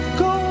go